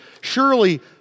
Surely